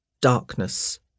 darkness